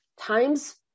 times